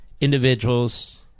individuals